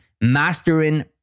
mastering